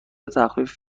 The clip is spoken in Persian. تخفیف